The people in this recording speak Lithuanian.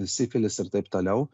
sifilis ir taip toliau